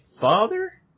father